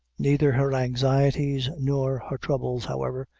neither her anxieties nor her troubles, however,